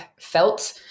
felt